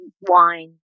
wine